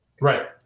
Right